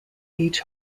each